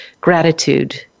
gratitude